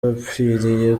bapfiriye